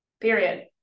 Period